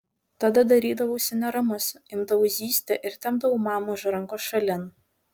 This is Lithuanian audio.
tada darydavausi neramus imdavau zyzti ir tempdavau mamą už rankos šalin